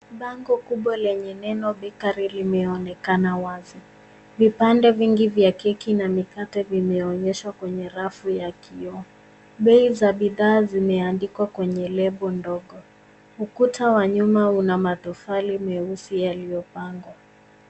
Bango kubwa lenye neno Bakery limeonekana wazi. Vipande vingi vya keki na mikate vimeonyeshwa kwenye rafu ya kioo. Bei za bidhaa zimeandikwa kwenye lebo ndogo. Ukuta wa nyuma una matofali meusi yaliyopangwa.